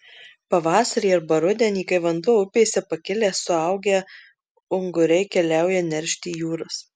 pavasarį arba rudenį kai vanduo upėse pakilęs suaugę unguriai keliauja neršti į jūras